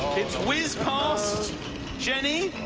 it's whizzed past jennie,